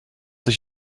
dich